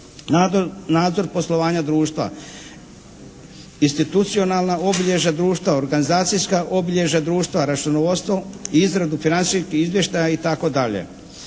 nadzor poslovanja društva, institucionalna obilježja društva, organizacijska obilježja društva, računovodstvo i izradu financijskih izvještaja itd.